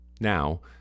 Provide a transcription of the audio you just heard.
Now